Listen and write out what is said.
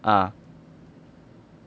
ah